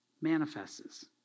manifests